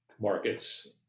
markets